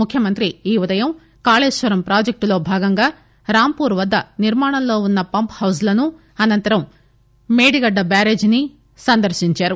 ముఖ్యమంత్రి ఈ ఉదయం కాళేశ్వరం ప్రాజెక్షులో భాగంగా రాంపూర్ వద్ద నిర్మాణంలో వున్న పంప్హౌజ్లను అనంతరం మేడిగడ్డ బ్యారేజ్ను సందర్పించారు